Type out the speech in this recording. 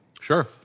Sure